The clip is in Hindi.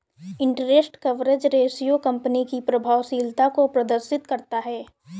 इंटरेस्ट कवरेज रेशियो कंपनी की प्रभावशीलता को प्रदर्शित करता है